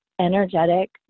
energetic